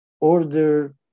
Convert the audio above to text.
Order